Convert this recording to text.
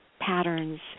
patterns